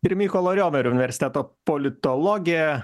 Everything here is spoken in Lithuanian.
ir mykolo riomerio universiteto politologė